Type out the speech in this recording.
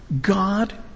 God